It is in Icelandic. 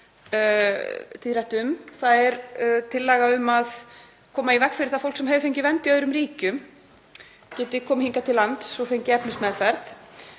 Það er tillaga um að koma í veg fyrir að fólk sem hefur fengið vernd í öðrum ríkjum geti komið hingað til lands og fengið efnismeðferð.